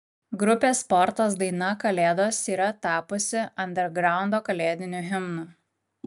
grupės sportas daina kalėdos yra tapusi andergraundo kalėdiniu himnu